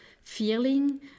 feeling